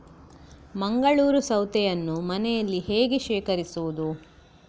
ಮಂಗಳೂರು ಸೌತೆಯನ್ನು ಮನೆಯಲ್ಲಿ ಹೇಗೆ ಶೇಖರಿಸುವುದು?